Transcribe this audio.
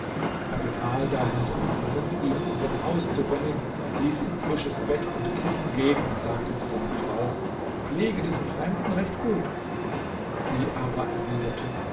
er befahl daher seinen jungen ihn in sein haus zu bringen ließ ihm frisches bett und kissen geben und sagte zu seiner frau pflege diesen fremden recht gut sie aber erwiderte